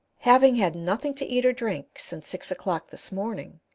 having had nothing to eat or drink since six o'clock this morning,